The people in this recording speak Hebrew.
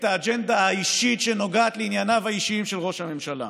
האג'נדה האישית שנוגעת לענייניו האישיים של ראש הממשלה.